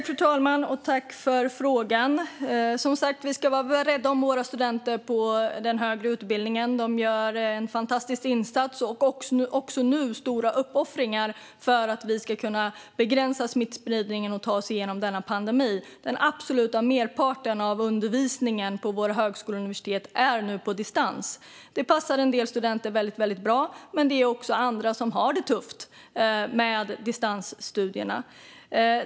Fru talman! Tack, Ilona Szatmari Waldau, för frågan! Vi ska som sagt vara rädda om våra studenter på den högre utbildningen. De gör en fantastisk insats och nu också stora uppoffringar för att vi ska kunna begränsa smittspridningen och ta oss igenom denna pandemi. Den absoluta merparten av undervisningen på våra högskolor och universitet sker nu på distans. Det passar en del studenter väldigt bra, men det finns också andra som har det tufft med distansstudierna.